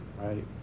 right